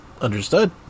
Understood